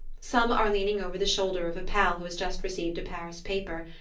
some are leaning over the shoulder of a pal who has just received a paris paper,